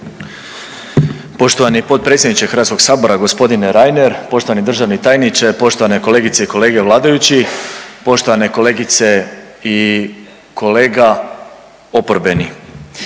Poštovani potpredsjedniče Hrvatskog sabora gospodine Reiner, poštovani državni tajniče, kolege vladajući i kolege i kolegice iz oporbe,